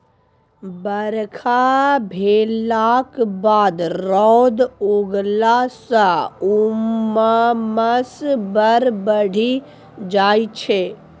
बरखा भेलाक बाद रौद उगलाँ सँ उम्मस बड़ बढ़ि जाइ छै